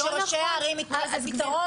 לא נכון, אז שראשי הערים יתנו לזה פתרון?